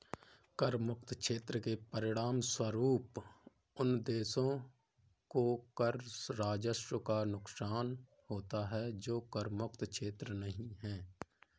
कर मुक्त क्षेत्र के परिणामस्वरूप उन देशों को कर राजस्व का नुकसान होता है जो कर मुक्त क्षेत्र नहीं हैं